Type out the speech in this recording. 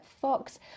Fox